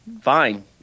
Fine